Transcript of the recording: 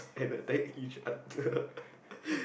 and attack each other ppl